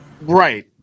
Right